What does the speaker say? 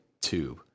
tube